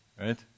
Right